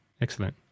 Excellent